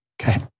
okay